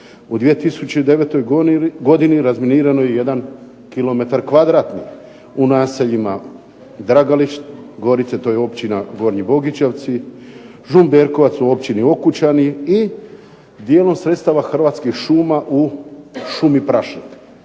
U 2009. godini razminirano je 1 km2 u naseljima Dragalić, Gorice, to je općina Gornji Bogićevci, Žumberkovac u općini Okučani i dijelom sredstava Hrvatskih šuma u šumi Prašnik.